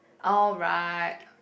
alright